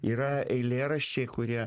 yra eilėraščiai kurie